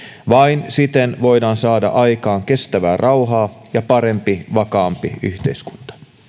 vain siten voidaan saada aikaan kestävää rauhaa ja parempi vakaampi yhteiskunta